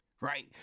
right